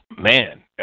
man